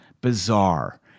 bizarre